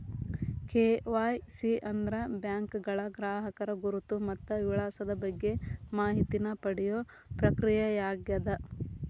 KYC ಅಂದ್ರ ಬ್ಯಾಂಕ್ಗಳ ಗ್ರಾಹಕರ ಗುರುತು ಮತ್ತ ವಿಳಾಸದ ಬಗ್ಗೆ ಮಾಹಿತಿನ ಪಡಿಯೋ ಪ್ರಕ್ರಿಯೆಯಾಗ್ಯದ